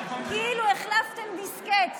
כאילו החלפתם דיסקט.